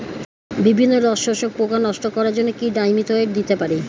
বিভিন্ন রস শোষক পোকা নষ্ট করার জন্য কি ডাইমিথোয়েট দিতে পারি?